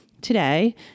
today